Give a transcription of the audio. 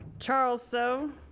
charles so.